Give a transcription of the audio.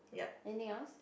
anything else